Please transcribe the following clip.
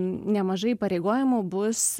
nemažai įpareigojimų bus